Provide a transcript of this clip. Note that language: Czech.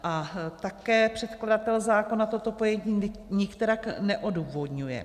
A také předkladatel zákona toto pojetí nikterak neodůvodňuje.